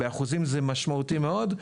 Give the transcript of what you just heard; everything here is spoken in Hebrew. באחוזים זה משמעותי מאוד.